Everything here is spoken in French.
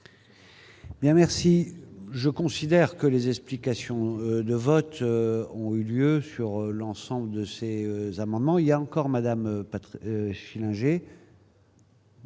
Bien, merci, je considère que les explications de vote ont eu lieu sur l'ensemble de ces amendements, il y a encore Madame pas Fillinger.